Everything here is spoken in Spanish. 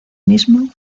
mismo